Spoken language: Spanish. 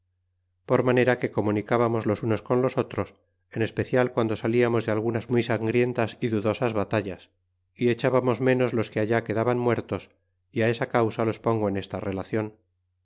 por manera que comunicábamos los unos con los otros en especial guando salíamos de algunas muy sangrientas é dudosas batallas echábamos ménos los que allá quedaban muertos é á esta causa los pongo en esta relaciona